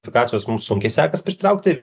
kvalifikacijos mums sunkiai sekas pritraukti